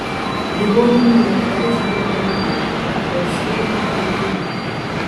ligoninėje leisdavo daryti tracheostomų keitimą